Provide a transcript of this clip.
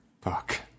Fuck